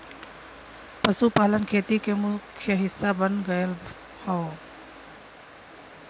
पशुपालन खेती के मुख्य हिस्सा बन गयल हौ